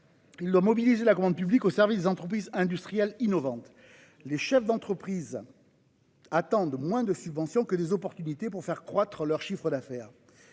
doit mobiliser la commande publique au service des entreprises industrielles innovantes. Les chefs d'entreprise attendent moins des subventions que des opportunités pour faire croître leur chiffre d'affaires.